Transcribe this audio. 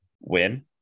win